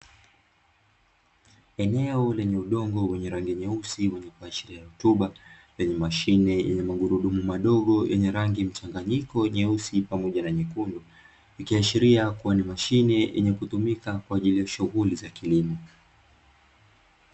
Eneo lenye udongo wenye rangi nyeusi ukiashiria rutuba, lenye mashine yenye magurudumu madogo yenye rangi mchanganyiko nyeusi pamoja na nyekundu, ikiashiria kuwa ni mashine yenye kutumika kwa ajili ya shughuli za kilimo.